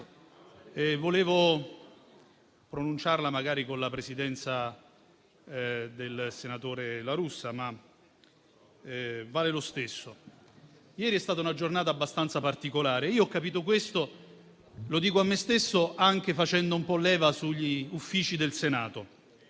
voluto pronunciarla con la Presidenza del senatore La Russa, ma vale lo stesso. Ieri è stata una giornata abbastanza particolare e io ho capito quanto segue - lo dico a me stesso - anche facendo un po' leva sugli Uffici del Senato.